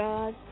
God